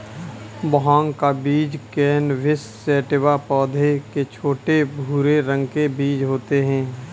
भाँग का बीज कैनबिस सैटिवा पौधे के छोटे, भूरे रंग के बीज होते है